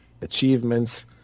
achievements